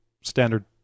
standard